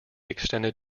extended